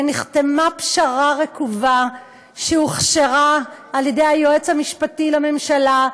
ונחתמה פשרה רקובה שהוכשרה על-ידי היועץ המשפטי לממשלה,